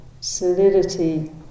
solidity